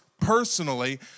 personally